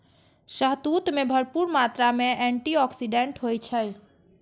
शहतूत मे भरपूर मात्रा मे एंटी आक्सीडेंट होइ छै